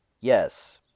Yes